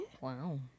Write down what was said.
Wow